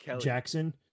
Jackson